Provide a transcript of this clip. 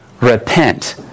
Repent